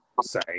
say